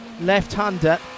left-hander